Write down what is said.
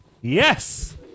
Yes